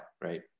right